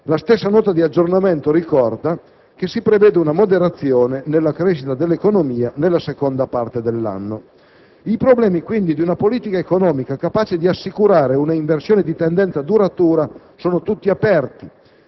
La stessa Nota di aggiornamento ricorda che si prevede una moderazione nella crescita dell'economia nella seconda parte dell'anno. Quindi, i problemi di una politica economica capace di assicurare un'inversione di tendenza duratura sono tutti aperti